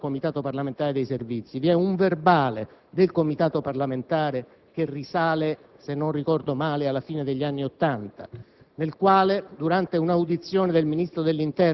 questo dato è stato richiamato in una relazione del Comitato parlamentare dei Servizi: vi è un verbale del Comitato parlamentare che risale, se non ricordo male, alla fine degli anni Ottanta,